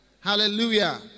Hallelujah